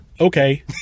okay